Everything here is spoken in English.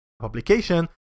publication